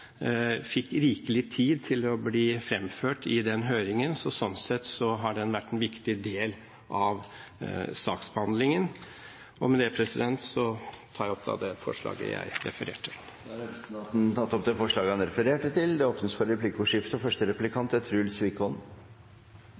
fikk rikelig tid til å bli framført i den høringen. Sånn sett har den vært en viktig del av saksbehandlingen. Med det tar jeg opp det forslaget jeg refererte. Representanten Hans Olav Syversen har tatt opp det forslaget han refererte til. Det blir replikkordskifte. Jeg hører jo innlegget til representanten Syversen, men det er noe i saksrekkefølgen og